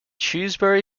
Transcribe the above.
shrewsbury